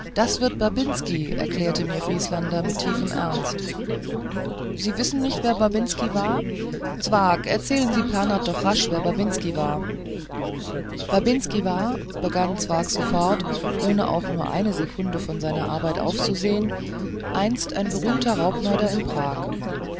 das wird babinski erklärte mir vrieslander mit tiefem ernst sie wissen nicht wer babinski war zwakh erzählen sie pernath rasch wer babinski war babinski war begann zwakh sofort ohne auch nur eine sekunde von seiner arbeit aufzusehen einst ein berühmter raubmörder in prag